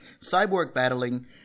cyborg-battling